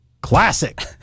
Classic